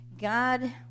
god